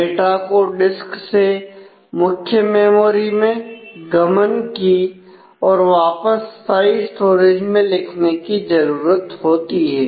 data को disk से मुख्य मेमोरी में गमन की और वापस स्थाई स्टोरेज में लिखने की ज़रूरत होती है